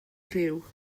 rhyw